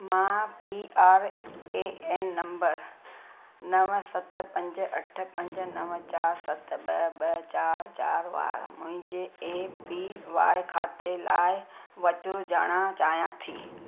मां P R A N number नव सत पंज अठ पंज नव चारि सत ॿ ॿ चारि चारि वारे मुंहिंजे ए पी वाए खाते लाइ विचूर ॼाणण चाहियां थी